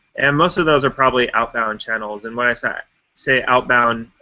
and most of those are probably outbound channels. and when i say say outbound,